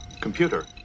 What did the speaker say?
Computer